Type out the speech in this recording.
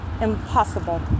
impossible